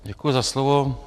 Děkuji za slovo.